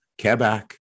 Quebec